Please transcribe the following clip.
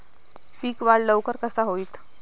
पीक वाढ लवकर कसा होईत?